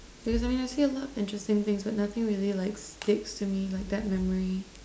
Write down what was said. I see a lot interesting things but nothing really like sticks to me like that memory